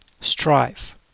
strife